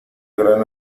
gran